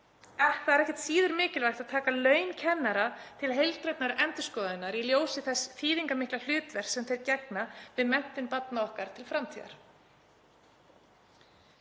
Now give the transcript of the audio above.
Ekki er síður mikilvægt að taka laun kennara til heildrænnar endurskoðunar í ljósi þess þýðingarmikla hlutverks sem þeir gegna við menntun barna okkar til framtíðar.